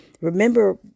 Remember